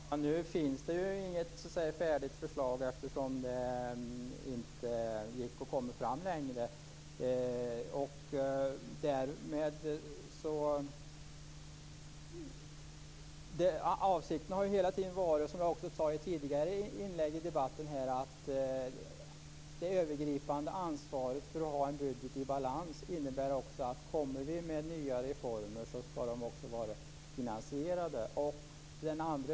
Fru talman! Nu finns det inget färdigt förslag eftersom det inte gick att komma längre. Avsikten har hela tiden varit, som jag också sade i ett tidigare inlägg i debatten, att det övergripande ansvaret för att ha en budget i balans innebär att om vi kommer med nya reformer skall de också vara finansierade.